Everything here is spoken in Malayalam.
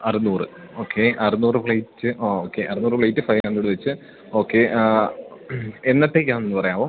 അറ്ന്നൂറ് ഓക്കേ അറ്ന്നൂറ് പ്ലേറ്റ് ഓക്കെ അറ്ന്നൂറ് പ്ലേറ്റ് ഫൈ ഹൺഡ്രഡ് വെച്ച് ഓക്കേ എന്നത്തേക്കാന്ന് പറയാമോ